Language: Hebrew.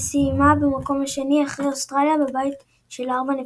וסיימה במקום השני אחרי אוסטרליה בבית של ארבע נבחרות.